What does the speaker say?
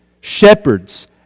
Shepherds